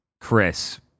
Chris